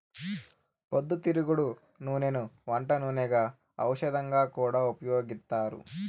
పొద్దుతిరుగుడు నూనెను వంట నూనెగా, ఔషధంగా కూడా ఉపయోగిత్తారు